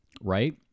Right